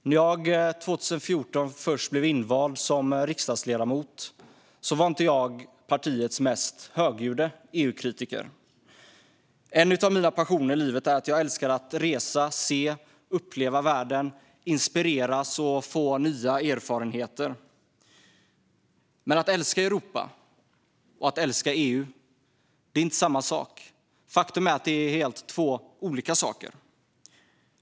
När jag 2014 blev invald i riksdagen var jag inte partiets mest högljudde EU-kritiker. En av mina passioner i livet är att resa, att se och uppleva världen, att inspireras och att få nya erfarenheter. Men att älska Europa och att älska EU är inte samma sak. Faktum är att det är två helt olika saker.